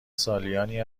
سالیانی